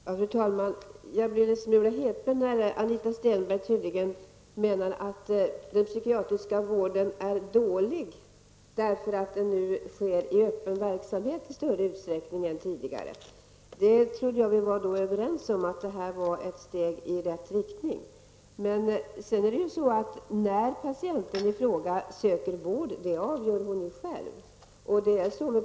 Fru talman! Jag blir en smula häpen när Anita Stenberg tydligen menar att den psykiatriska vården är dålig därför att den nu i större utsträckning än tidigare sker i öppen verksamhet. Jag trodde vi var överens om att detta var ett steg i rätt riktning. När patienten i fråga söker vård avgör hon själv.